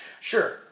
Sure